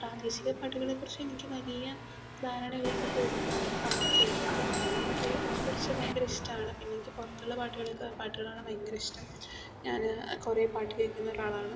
പ്രാദേശിക പാട്ടുകളെ കുറിച്ച് എനിക്ക് വലിയ ധാരണ ഇല്ലെങ്കിൽ പോലും കേരളത്തിലെ മലയാളം പാട്ടുകളെ കുറിച്ച് ഭയങ്കര ഇഷ്ടമാണ് പിന്നെ എനിക്ക് പുറത്തുള്ള പാട്ടുകളെക്കാൾ പാട്ടുകളാണ് ഭയങ്കര ഇഷ്ടം ഞാൻ കുറെ പാട്ട് കേൾക്കുന്ന ഒരാളാണ്